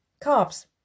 carbs